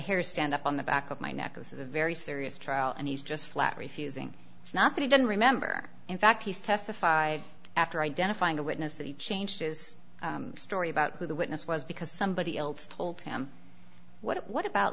hairs stand up on the back of my neck this is a very serious trial and he's just flat refusing it's not that he doesn't remember in fact he's testified after identifying a witness that he changed his story about who the witness was because somebody else told him what about that